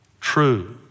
true